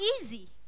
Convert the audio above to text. easy